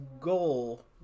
goal